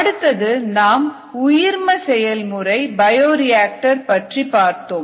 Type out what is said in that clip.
அடுத்தது நாம் உயிர்ம செயல்முறை பயோரியாக்டர் பற்றி பார்த்தோம்